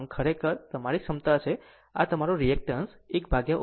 આમ આ ખરેખર તમારી ક્ષમતા છે તમારા રીએક્ટન્સ 1 upon ω c છે